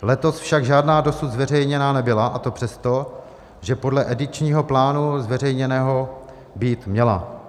Letos však žádná dosud zveřejněna nebyla, a to přesto, že podle edičního plánu zveřejněného být měla.